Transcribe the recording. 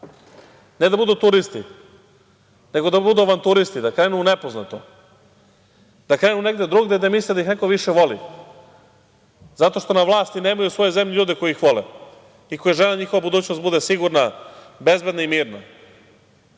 ne da budu turisti, nego da budu avanturisti, da krenu u nepoznato, da krenu negde drugde i da misle da ih neko više voli, zato što na vlasti nemaju u svojoj zemlji ljude koji ih vole i koji žele da njihova budućnost bude sigurna, bezbedna i mirna.